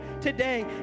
today